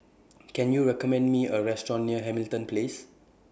Can YOU recommend Me A Restaurant near Hamilton Place